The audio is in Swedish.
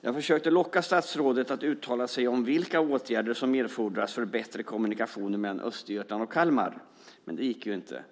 Jag försökte locka statsrådet att uttala sig om vilka åtgärder som erfordras för bättre kommunikationer mellan Östergötland och Kalmar, men det gick inte.